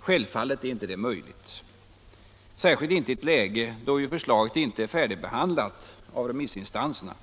Självfallet är detta inte möjligt, särskilt inte i ett läge då ju förslaget inte är färdigbehandlat av remissinstanserna.